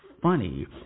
Funny